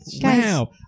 Wow